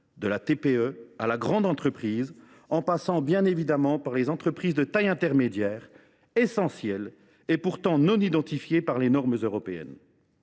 de la TPE à la grande entreprise, en passant par les entreprises de taille intermédiaire, essentielles et pourtant non identifiées par les normes européennes.